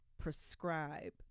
prescribe